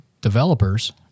developers